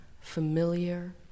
familiar